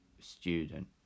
student